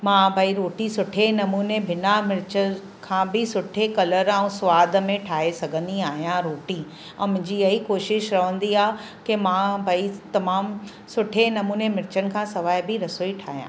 मां भाई रोटी सुठे नमूने बिना मिर्च खां बि सुठे कलर ऐं सवाद में ठाहे सघंदी आहियां रोटी ऐं मुंहिंजी ईअं ई कोशिशि रहंदी आहे की मां भई तमामु सुठे नमूने मिर्चनि खां सवाइ बि रसोई ठाहियां